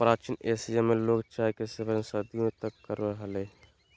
प्राचीन एशिया में लोग चाय के सेवन सदियों तक करो हलय